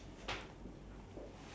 your next question